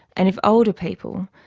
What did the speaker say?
and if older people,